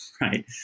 right